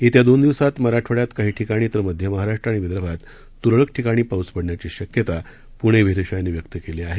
येत्या दोन दिवसात मराठवाड्यात काही ठिकाणी तर मध्य महाराष्ट्र आणि विदर्भात तुरळक ठिकाणी पाऊस पडण्याची शक्यता पुणे वेधशाळेनं व्यक्त केली आहे